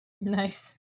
Nice